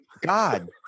God